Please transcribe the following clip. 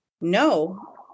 no